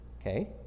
okay